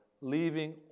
leaving